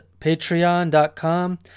patreon.com